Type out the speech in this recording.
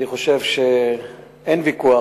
אני חושב שאין ויכוח,